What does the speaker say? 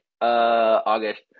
August